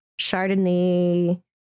chardonnay